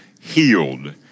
healed